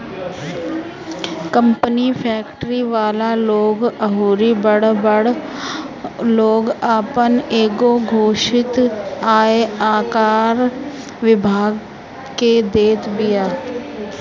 company, factory वाला लोग अउरी बड़ बड़ लोग आपन एगो घोषित आय आयकर विभाग के देत बिया